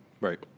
Right